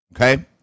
okay